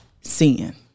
sin